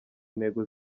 intego